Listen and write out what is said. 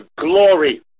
glory